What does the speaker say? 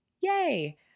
yay